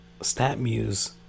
StatMuse